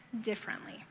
differently